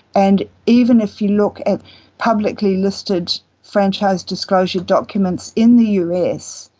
and even if you look at publicly listed franchise disclosure documents in the us,